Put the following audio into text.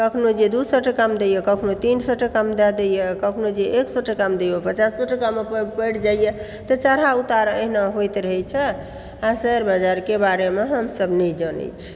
कखनो जे दू सए टकामे दैया कखनो तीन सए टकामे दए दैया कखनो जे एक सए टकामे दैया पचासो टकामे पड़ि जाइया तऽ चढ़ाव उतार एहिना होइत रहै छै शेयर बाजारके बारेमे हमसब नहि जनै छी